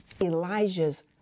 Elijah's